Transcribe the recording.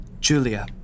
Julia